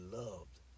loved